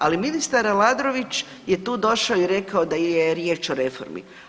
Ali ministar Aladrović je tu došao i rekao da je riječ o reformi.